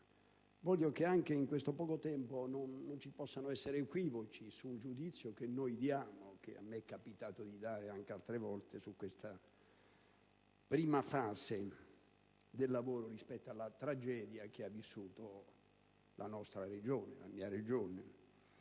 pertanto, anche perché non ci siano equivoci sul giudizio che noi diamo - e che a me è capitato di dare anche altre volte - su questa prima fase del lavoro rispetto alla tragedia che ha vissuto la nostra regione, la mia regione,